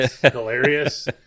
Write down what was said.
hilarious